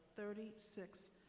thirty-six